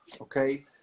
Okay